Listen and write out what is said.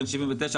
בן 79,